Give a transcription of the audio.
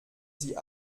sie